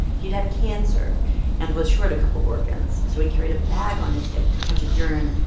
he'd had cancer and was short a couple organs, so he carried a bag on his hip to catch his urine.